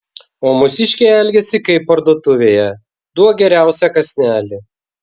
o mūsiškiai elgiasi kaip parduotuvėje duok geriausią kąsnelį